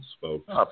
folks